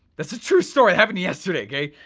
that's a true story, it happened yesterday, okay?